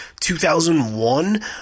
2001